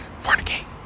Fornicate